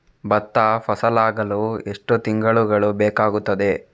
ಭತ್ತ ಫಸಲಾಗಳು ಎಷ್ಟು ತಿಂಗಳುಗಳು ಬೇಕಾಗುತ್ತದೆ?